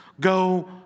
go